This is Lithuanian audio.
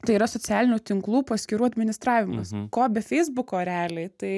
tai yra socialinių tinklų paskyrų administravimas ko be feisbuko realiai tai